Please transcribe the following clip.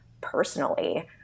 personally